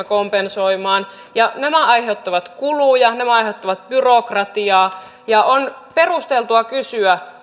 kompensoimaan nämä aiheuttavat kuluja nämä aiheuttavat byrokratiaa ja on perusteltua kysyä